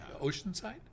Oceanside